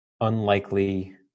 unlikely